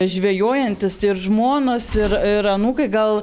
žvejojantys ir žmonos ir ir anūkai gal